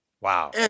Wow